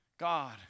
God